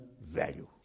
value